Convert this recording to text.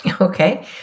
Okay